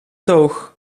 toog